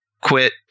quit